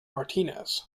martinez